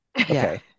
okay